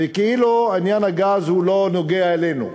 כאילו עניין הגז לא נוגע אלינו.